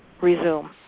resume